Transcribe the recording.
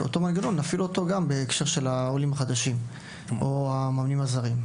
נפעיל את אותו המנגנון בהקשר של העולים החדשים או המאמנים הזרים.